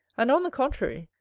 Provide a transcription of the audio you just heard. and on the contrary,